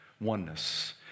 Oneness